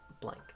blank